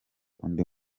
undi